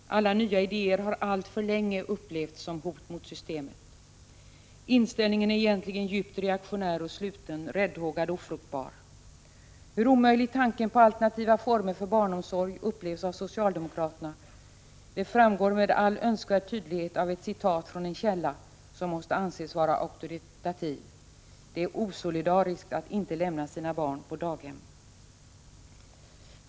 Alla nya idéer har alltför länge upplevts som hot mot systemet. Inställningen är egentligen djupt reaktionär och sluten, räddhågad och ofruktbar. Hur omöjlig tanken på alternativa former för barnomsorg upplevs av socialdemokraterna framgår med all önskvärd tydlighet av följande som är hämtat från en källa som måste anses vara auktoritativ: Det är osolidariskt att inte lämna sina barn på daghem.